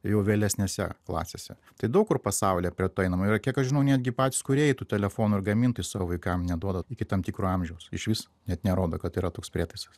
jau vėlesnėse klasėse tai daug kur pasaulyje prie to einama yra kiek aš žinau netgi patys kūrėjai tų telefonų ir gamintojai savo vaikam neduoda iki tam tikro amžiaus išvis net nerodo kad yra toks prietaisas